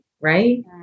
right